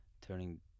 turning